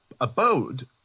abode